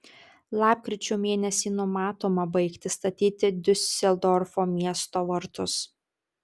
lapkričio mėnesį numatoma baigti statyti diuseldorfo miesto vartus